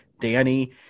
Danny